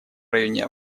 районе